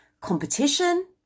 competition